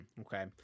Okay